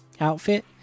outfit